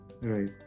Right